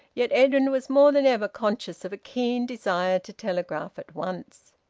yet edwin was more than ever conscious of a keen desire to telegraph at once.